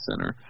center